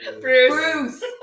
Bruce